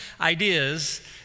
ideas